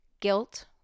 Guilt